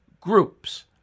groups